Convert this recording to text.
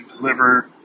deliver